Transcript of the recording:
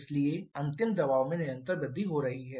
इसलिए अंतिम दबाव में निरंतर वृद्धि हो रही है